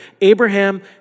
Abraham